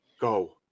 Go